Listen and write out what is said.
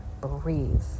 breathe